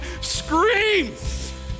screams